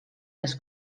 les